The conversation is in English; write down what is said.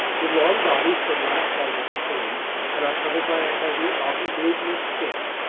with long bodies that lack pelvic fins and are covered by a heavy, often glutinous skin,